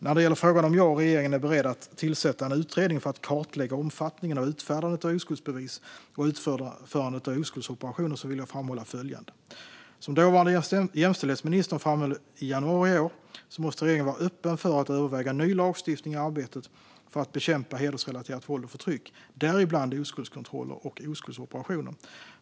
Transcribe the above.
När det gäller frågan om jag och regeringen är beredda att tillsätta en utredning för att kartlägga omfattningen av utfärdandet av oskuldsbevis och utförandet av oskuldsoperationer vill jag framhålla följande: Som dåvarande jämställdhetsministern framhöll i januari i år måste regeringen vara öppen för att överväga ny lagstiftning i arbetet för att bekämpa hedersrelaterat våld och förtryck, däribland oskuldskontroller och oskuldsoperationer.